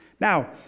Now